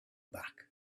back